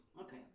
Okay